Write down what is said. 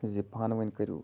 زِ پانہٕ وٲنۍ کٔرِو